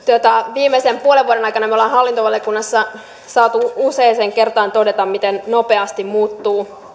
viimeisen puolen vuoden aikana me olemme hallintovaliokunnassa saaneet useaan kertaan todeta miten nopeasti muuttuvat